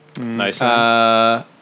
Nice